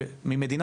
ממדינה